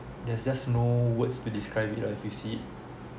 there's just no words to describe it lah if you see it